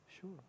sure